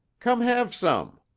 come have some.